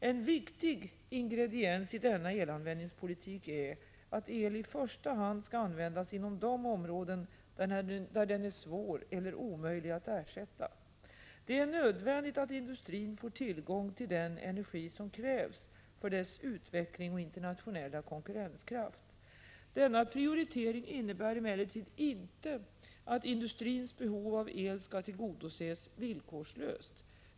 En viktig ingrediens i denna elanvändningspolitik är att el i första hand skall användas inom de områden där den är svår eller omöjlig att ersätta. Det är nödvändigt att industrin får tillgång till den energi som krävs för dess utveckling och internationella konkurrenskraft. Denna prioritering innebär emellertid inte att industrins behov av el skall tillgodoses villkorslöst.